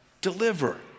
deliver